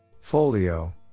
Folio